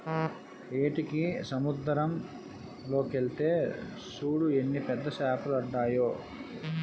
ఏటకి సముద్దరం లోకెల్తే సూడు ఎన్ని పెద్ద సేపలడ్డాయో